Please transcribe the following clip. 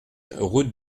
route